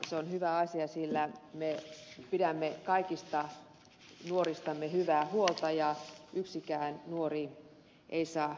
se on hyvä asia sillä me pidämme kaikista nuoristamme hyvää huolta ja yksikään nuori ei saa jäädä heitteille